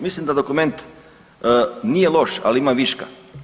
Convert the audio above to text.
Mislim da dokument nije loš, ali ima viška.